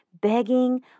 begging